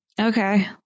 Okay